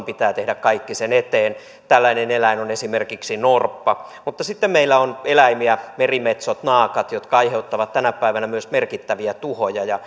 pitää tehdä kaikki sen eteen tällainen eläin on esimerkiksi norppa mutta sitten meillä on eläimiä merimetsot naakat jotka aiheuttavat tänä päivänä myös merkittäviä tuhoja